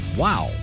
wow